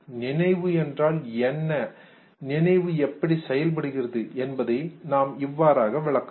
நினைவு என்றால் என்ன நினைவு எப்படி செயல்படுகிறது என்பதை நாம் இவ்வாறாக விளக்கலாம்